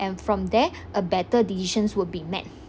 and from there a better decisions will be made